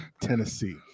Tennessee